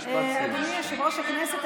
נגמר לך הזמן,